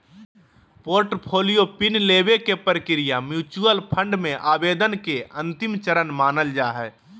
portfolio pin लेबे के प्रक्रिया म्यूच्यूअल फंड मे आवेदन के अंतिम चरण मानल जा हय